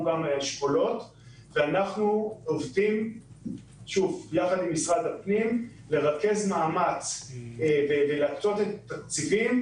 אנחנו עובדים יחד עם משרד הפנים כדי להקצות את התקציבים